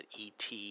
ET